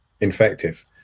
infective